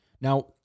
Now